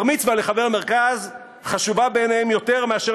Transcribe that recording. בר-מצווה לחבר המרכז חשובה בעיניהם יותר מאשר